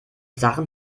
sachen